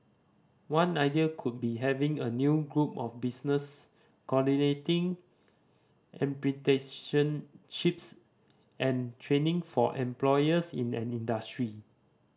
one idea could be having a new group of business coordinating apprenticeships and training for employers in an industry